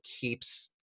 keeps